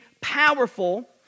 powerful